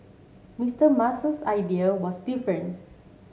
Mister Musk's idea was different